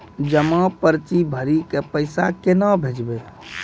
जमा पर्ची भरी के पैसा केना भेजबे?